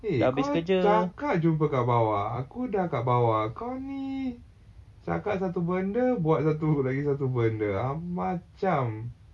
eh kau cakap jumpa kat bawah aku dah kat bawah kau ni cakap satu benda buat satu lagi satu benda amacam